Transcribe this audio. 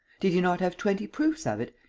did he not have twenty proofs of it,